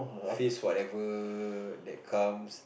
face whatever that comes